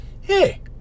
hey